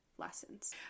lessons